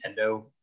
nintendo